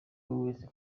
wese